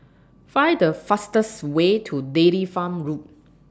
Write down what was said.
Find The fastest Way to Dairy Farm Road